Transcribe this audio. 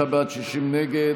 55 בעד, 60 נגד.